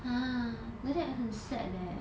!huh! like that 很 sad leh